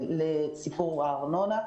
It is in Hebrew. לסיפור הארנונה,